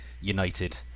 United